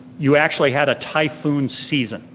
you actually had a typhoon season